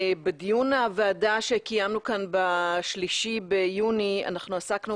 בדיון הוועדה שקיימנו כאן ב-3 ביוני עסקנו